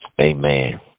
Amen